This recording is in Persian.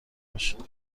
باشید